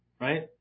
right